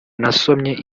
nasomye